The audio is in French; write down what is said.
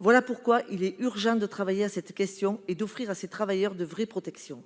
Voilà pourquoi il est urgent de travailler sur cette question et d'offrir à ces travailleurs de vraies protections.